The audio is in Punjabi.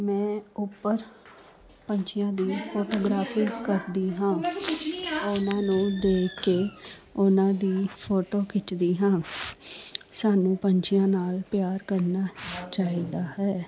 ਮੈਂ ਉੱਪਰ ਪੰਛੀਆਂ ਦੀ ਫੋਟੋਗ੍ਰਾਫੀ ਕਰਦੀ ਹਾਂ ਉਹਨਾਂ ਨੂੰ ਦੇਖ ਕੇ ਉਹਨਾਂ ਦੀ ਫੋਟੋ ਖਿੱਚਦੀ ਹਾਂ ਸਾਨੂੰ ਪੰਛੀਆਂ ਨਾਲ ਪਿਆਰ ਕਰਨਾ ਚਾਹੀਦਾ ਹੈ